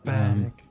Back